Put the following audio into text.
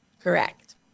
Correct